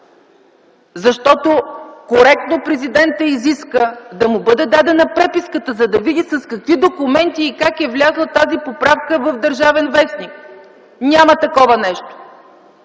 Защото коректно президентът изиска да му бъде дадена преписката, за да види с какви документи и как е влязла тази поправка в “Държавен вестник”. Няма такова нещо!